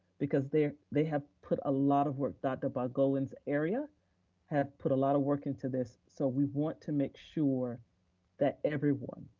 because they they have put a lot of work, dr. balgobin's area have put a lot of work into this, so we want to make sure that everyone,